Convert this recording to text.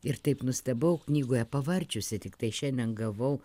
ir taip nustebau knygoje pavarčiusi tiktai šiandien gavau